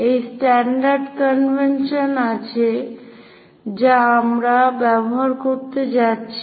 এই standard convention আছে যা আমরা ব্যবহার করতে যাচ্ছি